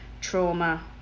trauma